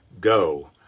go